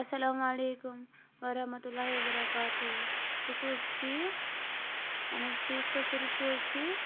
اَسَلامُ اَلیکُم وَرَحمَتہُ اللہِ وَ بَرَکاتُہٗ تُہۍ چھو حٕظ ٹھیٖک اَہن حظ ٹھیٖک حٕظ سٲری چھِو حٕظ ٹھیٖک